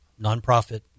Nonprofit